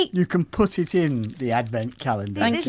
you can put it in the advent calendar if